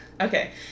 Okay